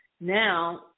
Now